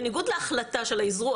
בניגוד להחלטה של האזרוח.